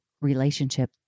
relationship